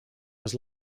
was